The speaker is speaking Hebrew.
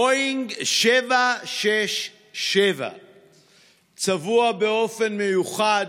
בואינג 767 צבוע באופן מיוחד,